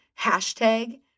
Hashtag